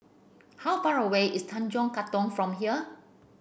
how far away is Tanjong Katong from here